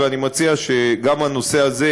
ואני מציע שגם הנושא הזה,